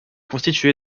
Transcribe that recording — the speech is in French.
constitué